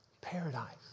Paradise